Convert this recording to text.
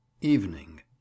EVENING